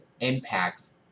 impacts